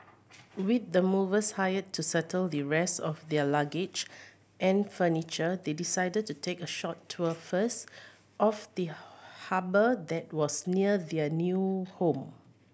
with the movers hired to settle the rest of their luggage and furniture they decided to take a short tour first of the harbour that was near their new home